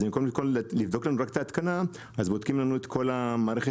אז במקום לבדוק רק את ההתקנה אז בודקים לנו את כל המערכת,